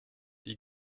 die